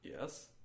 Yes